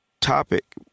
topic